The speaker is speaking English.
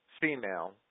female